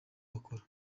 wakora